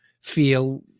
feel